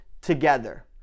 together